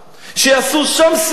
שיעשו שם סיוע.